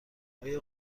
آیا